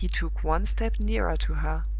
he took one step nearer to her,